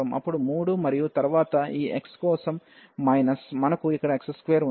అప్పుడు 3 మరియు తరువాత ఈ x కోసం మైనస్ మనకు ఇక్కడ x2 ఉంది